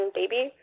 baby